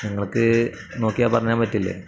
ഞങ്ങൾക്ക് നോക്കിയാൽ പറഞ്ഞ് തരാൻ പറ്റില്ലേ